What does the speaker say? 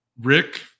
Rick –